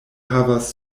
havas